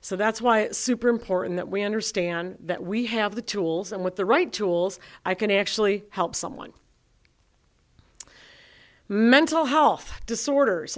so that's why super important that we understand that we have the tools and with the right tools i can actually help someone mental health disorders